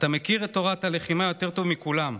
אתה מכיר את תורת הלחימה יותר טוב מכולם.